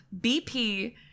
BP